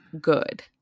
good